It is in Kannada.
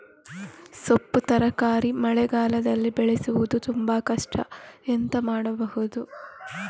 ಸೊಪ್ಪು ತರಕಾರಿ ಮಳೆಗಾಲದಲ್ಲಿ ಬೆಳೆಸುವುದು ತುಂಬಾ ಕಷ್ಟ ಎಂತ ಮಾಡಬಹುದು?